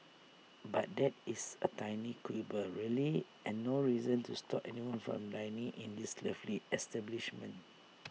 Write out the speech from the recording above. but that is A tiny quibble really and no reason to stop anyone from dining in this lovely establishment